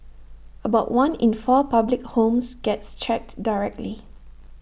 about one in four public homes gets checked directly